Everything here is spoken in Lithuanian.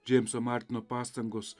džeimso martino pastangos